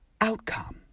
outcome